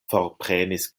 forprenis